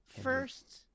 first